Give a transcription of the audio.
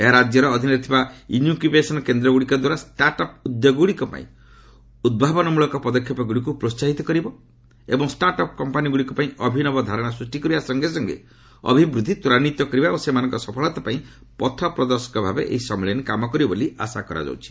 ଏହା ରାଜ୍ୟର ଅଧୀନରେ ଥିବା ଇନ୍କ୍ୟୁବେସନ୍ କେନ୍ଦ୍ରଗୁଡ଼ିକ ଦ୍ୱାରା ଷ୍ଟାର୍ଟ୍ ଅଫ୍ ଉଦ୍ୟୋଗଗୁଡ଼ିକ ପାଇଁ ଉଦ୍ଭାବନ ମୂଳକ ପଦକ୍ଷେପ ଗୁଡ଼ିକୁ ପ୍ରୋହାହିତ କରିବ ଏବଂ ଷ୍ଟାର୍ଟ୍ ଅଫ୍ କମ୍ପାନୀଗୁଡ଼ିକ ପାଇଁ ଅଭିନବ ଧାରଣା ସୃଷ୍ଟି କରିବା ସଙ୍ଗେ ସଙ୍ଗେ ଅଭିବୂଦ୍ଧି ତ୍ୱରାନ୍ନିତ କରିବା ଓ ସେମାନଙ୍କ ସଫଳତା ପାଇଁ ପଥ ପ୍ରଦର୍ଶକ ଭାବେ ଏହି ସମ୍ମିଳନୀ କାମ କରିବ ବୋଲି ଆଶା କରାଯାଉଛି